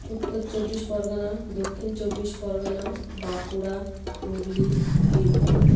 Uttar Chabbish Pargana Dakshin Chabbish Pargana Bankura Hooghly Birbhum